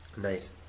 nice